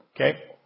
Okay